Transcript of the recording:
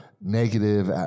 negative